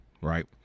right